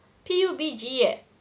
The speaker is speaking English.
P_U_B_G !yay!